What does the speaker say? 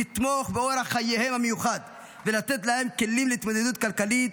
לתמוך באורח חייהם המיוחד ולתת להם כלים להתמודדות כלכלית